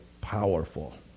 powerful